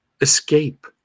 escape